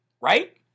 right